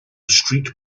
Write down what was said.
street